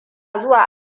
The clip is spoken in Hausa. zuwa